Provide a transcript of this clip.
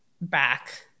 back